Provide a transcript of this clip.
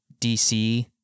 DC